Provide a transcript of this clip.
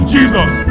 Jesus